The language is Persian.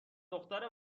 دختر